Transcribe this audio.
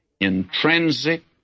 intrinsic